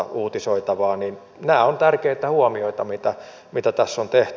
nämä ovat tärkeitä huomioita mitä tässä on tehty